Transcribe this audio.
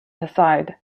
aside